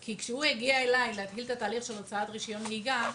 כי כשהוא הגיע אליי להתחיל בתהליך של הוצאת רישיון נהיגה,